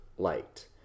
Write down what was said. light